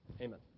Amen